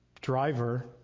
driver